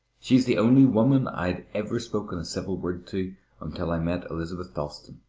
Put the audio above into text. she's the only woman i'd ever spoken a civil word to until i met elizabeth dalstan,